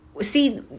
see